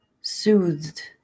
soothed